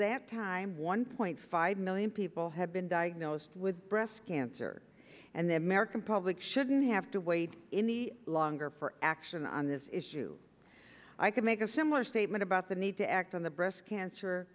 that time one point five million people have been diagnosed with breast cancer and the american public shouldn't have to wait in the longer for action on this issue i could make a similar statement about the need to act on the breast cancer